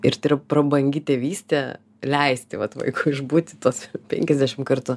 ir tai yra prabangi tėvystė leisti vat vaikui išbūti tuos penkiasdešim kartų